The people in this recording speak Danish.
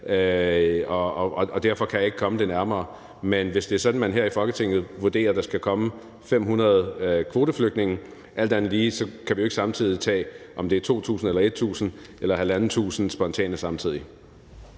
Og derfor kan jeg ikke komme det nærmere, men hvis det er sådan, at man her i Folketinget vurderer, at der skal komme 500 kvoteflygtninge, kan vi jo alt andet lige ikke samtidig tage, om det er 2.000, 1.000 eller 1.500 spontane